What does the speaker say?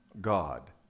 God